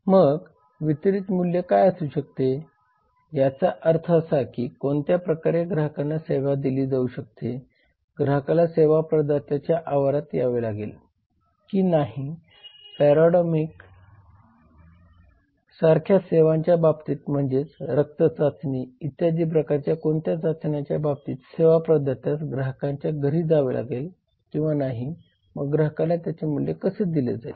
मग वितरीत मूल्य काय असू शकते याचा अर्थ असा की कोणत्या प्रकारे ग्राहकांना सेवा दिली जाऊ शकते ग्राहकाला सेवा प्रदात्याच्या आवारात यावे लागेल की नाही किंवा पॅरामेडिक सारख्या सेवांच्या बाबतीत म्हणजेच रक्त चाचणी इत्यादी प्रकारच्या कोणत्याही चाचण्याच्या बाबतीत सेवा प्रदात्यास ग्राहकाच्या घरी जावे लागेल किंवा नाही मग ग्राहकाला त्याचे मूल्य कसे दिले जाईल